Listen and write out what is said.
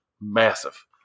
massive